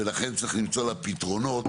ולכן צריך למצוא לה פתרונות.